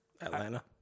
Atlanta